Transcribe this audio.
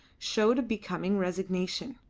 showed a becoming resignation.